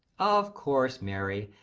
of course, mary,